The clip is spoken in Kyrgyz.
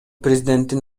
президенттин